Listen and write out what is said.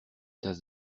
tasses